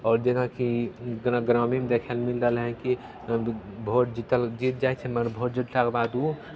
आओर जेनाकि जेना ग्रामीण देखय लए मिल रहलै हइ कि भोट जीतल जीत जाइ छै मगर भोट जितलाके बाद ओ